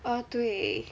ah 对